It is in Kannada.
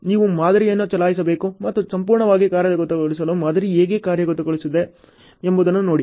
ನೀವು ಮಾದರಿಯನ್ನು ಚಲಾಯಿಸಬೇಕು ಮತ್ತು ಸಂಪೂರ್ಣವಾಗಿ ಕಾರ್ಯಗತಗೊಳಿಸಲು ಮಾದರಿ ಹೇಗೆ ಕಾರ್ಯಗತಗೊಳಿಸುತ್ತದೆ ಎಂಬುದನ್ನು ನೋಡಿ